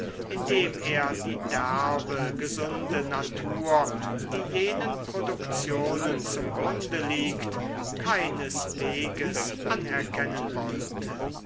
indem er die derbe gesunde natur die jenen produktionen zum grunde liegt keinesweges anerkennen wollte